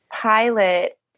pilot